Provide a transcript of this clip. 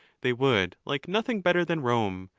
they would like nothing better than rome,